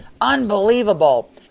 unbelievable